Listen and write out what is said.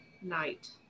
night